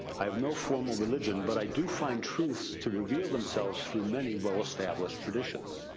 i have no formal religion, but i do find truths to reveal themselves through many well established traditions.